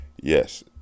yes